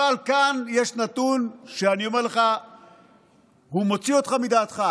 אבל כאן יש נתון שמוציא אותך מדעת: